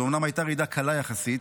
זו הייתה אומנם רעידה קלה יחסית,